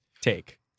take